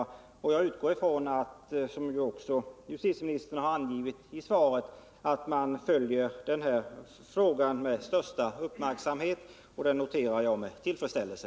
Jag tar också fasta på att justitieministern har angett i sitt svar att man följer den här frågan med största uppmärksamhet, och jag noterar det med tillfredsställelse.